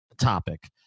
topic